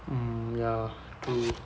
mm ya true